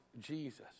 Jesus